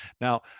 Now